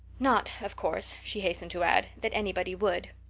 not, of course, she hastened to add, that anybody would.